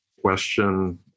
question